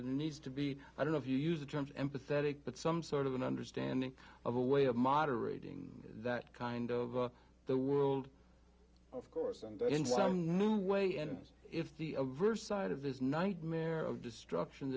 the needs to be i don't know if you use the term empathetic but some sort of an understanding of a way of moderating that kind of the world of course and in some new way and if the adverse side of this nightmare of destruction